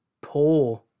poor